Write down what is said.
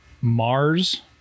mars